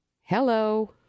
Hello